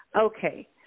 Okay